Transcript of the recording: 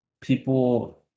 people